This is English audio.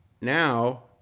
now